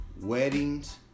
Weddings